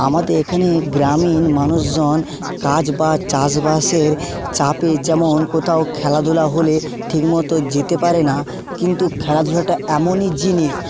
আমাদের এখানে গ্রামীণ মানুষজন কাজ বা চাষবাসের চাপে যেমন কোথাও খেলাধুলা হলে ঠিক মতো যেতে পারে না কিন্তু খেলাধুলাটা এমনই জিনিস